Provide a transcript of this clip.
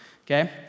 okay